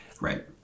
Right